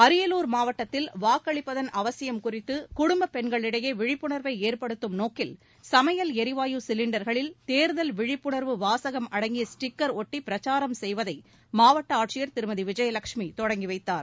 அரியலூர் மாவட்டத்தில் வாக்களிப்பதன் அவசியம் குறித்து குடும்பப் பெண்களிடையே விழிப்புணர்வை ஏற்படுத்தும் நோக்கில் சமையல் எரிவாயு சிலிண்டர்களில் தேர்தல் விழிப்புணர்வு வாசகம் அடங்கிய ஸ்டிக்கர் ஒட்டி பிரச்சாரம் செய்வதை மாவட்ட ஆட்சியர் திருமதி விஜயலட்சுமி தொடங்கி வைத்தார்